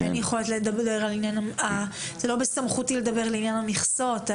לא בסמכותי לדון בעניין המכסות,